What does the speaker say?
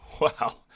Wow